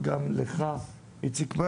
וגם לך איציק.